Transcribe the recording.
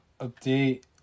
update